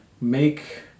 make